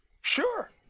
Sure